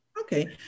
Okay